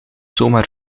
zomaar